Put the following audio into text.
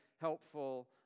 helpful